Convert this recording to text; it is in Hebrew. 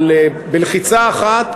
בלחיצה אחת,